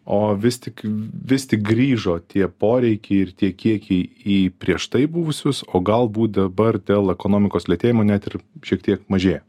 o vis tik vis tik grįžo tie poreikiai ir tie kiekiai į prieš tai buvusius o galbūt dabar dėl ekonomikos lėtėjimo net ir šiek tiek mažėja